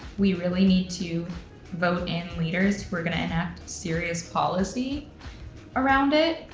we really need to vote in leaders who are gonna enact serious policy around it,